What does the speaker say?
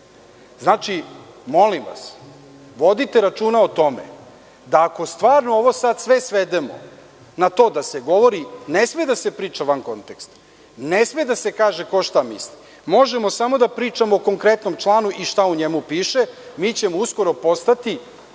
ulici. Molim vas, vodite računa o tome da ako stvarno ovo sad sve svedemo na to da se govori - ne sme da se priča van konteksta, ne sme da se kaže ko šta misli, možemo samo da pričamo o konkretnom članu i šta u njemu piše, mi ćemo uskoro postati,